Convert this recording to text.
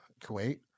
Kuwait